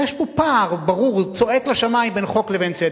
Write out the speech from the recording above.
יש פה פער ברור, צועק לשמים, בין חוק לבין צדק.